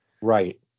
Right